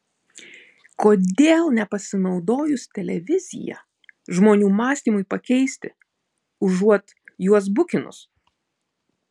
kodėl nepasinaudojus televizija žmonių mąstymui pakeisti užuot juos bukinus